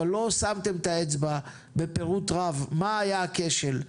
אבל לא שמתם את האצבע בפירוט רב מה היה הכשל,